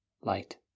light